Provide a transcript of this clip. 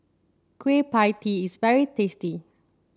Kueh Pie Tee is very tasty